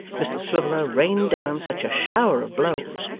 mr swiveller rained down such a shower of blows,